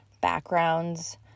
backgrounds